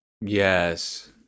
Yes